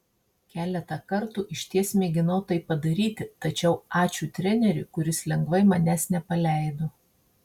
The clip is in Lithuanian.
keletą kartų išties mėginau tai padaryti tačiau ačiū treneriui kuris lengvai manęs nepaleido